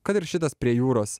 kad ir šitas prie jūros